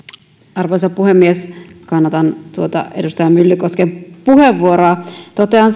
arvoisa puhemies kannatan tuota edustaja myllykosken puheenvuoroa totean